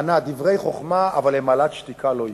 ענה: דברי חוכמה, אבל למעלת שתיקה לא הגיעו.